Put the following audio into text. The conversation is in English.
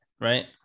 Right